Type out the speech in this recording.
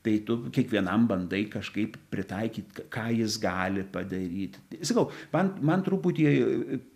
tai tu kiekvienam bandai kažkaip pritaikyt ką jis gali padaryt sakau man man truputį